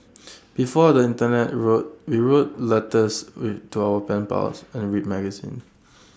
before the Internet we we wrote letters we to our pen pals and read magazines